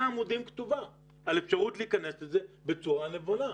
עמודים על אפשרות להיכנס לזה בצורה נבונה.